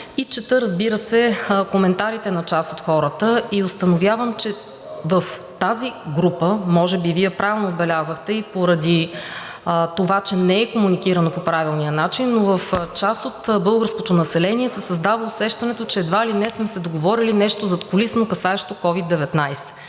г. Чета, разбира се, коментарите на част от хората и установявам, че в тази група, може би Вие правилно отбелязахте, и поради това, че не е комуникирано по правилния начин, но в част от българското население се създава усещането, че едва ли не сме се договорили нещо задкулисно, касаещо COVID-19.